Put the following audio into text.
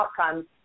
outcomes